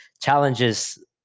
challenges